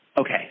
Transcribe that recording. Okay